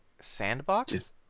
Sandbox